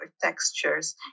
textures